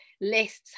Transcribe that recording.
lists